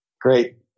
great